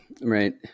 right